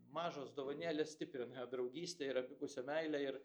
mažos dovanėlės stiprina draugystę ir abipusę meilę ir